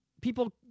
people